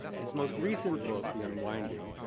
his most recent book, the unwinding,